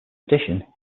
addition